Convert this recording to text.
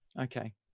okay